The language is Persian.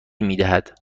میدهد